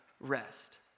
rest